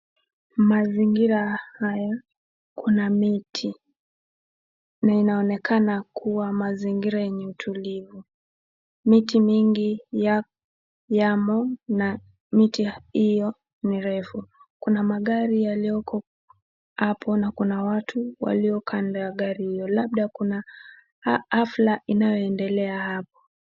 Mazingira haya kuna miti na inaonekana kuwa mazingira yenye utulivu miti mingi yamo na miti hiyo ni refu. Kuna magari yaliyoko hapo na kuna watu walio kando ya gari hiyo labda kuna hafla inayoendelea hapo.